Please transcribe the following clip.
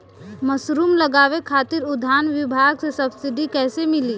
Mushroom लगावे खातिर उद्यान विभाग से सब्सिडी कैसे मिली?